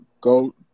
go